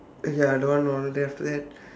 ya I don't want then after that